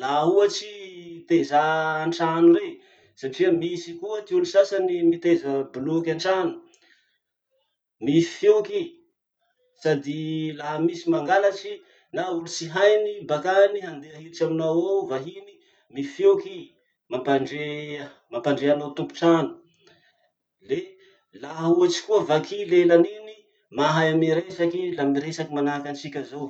laha ohatsy i teza antrano rey, satria misy koa ty olo sasany miteza boloky antrano, mifioky i, sady laha misy mangalatsy na olo tsy hainy bakany handeha hilitsy aminao ao, vahiny, mifioky i, mampandre anao tompotrano. Le laha ohatsy koa vaky lelany iny, mahay miresaky i la miresaky manahaky antsika zao.